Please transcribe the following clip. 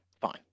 fine